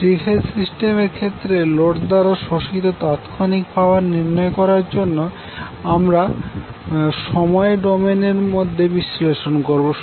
three phase সিস্টেমের ক্ষেত্রে load দ্বারা শোষিত তাৎক্ষণিক পাওয়ার নির্ণয় করার করার জন্য আমরা সময় ডোমেন এর মধ্যে বিশ্লেষণ করবো